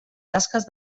tasques